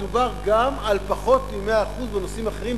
מדובר גם על פחות מ-100% בנושאים אחרים,